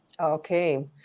Okay